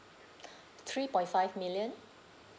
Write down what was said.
three point five million